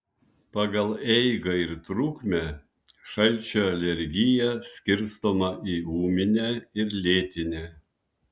pagal eigą ir trukmę šalčio alergija skirstoma į ūminę ir lėtinę